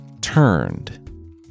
turned